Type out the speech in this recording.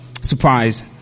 surprise